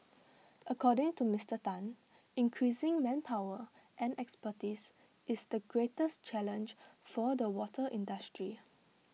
according to Mister Tan increasing manpower and expertise is the greatest challenge for the water industry